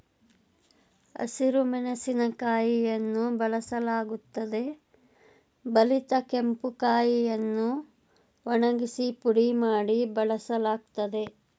ಹಸಿರು ಮೆಣಸಿನಕಾಯಿಯನ್ನು ಬಳಸಲಾಗುತ್ತದೆ ಬಲಿತ ಕೆಂಪು ಕಾಯಿಯನ್ನು ಒಣಗಿಸಿ ಪುಡಿ ಮಾಡಿ ಬಳಸಲಾಗ್ತದೆ